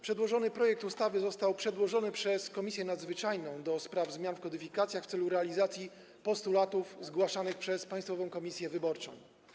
Przedłożony projekt ustawy został przedłożony przez Komisję Nadzwyczajną do spraw zmian w kodyfikacjach w celu realizacji postulatów zgłaszanych przez Państwową Komisję Wyborczą.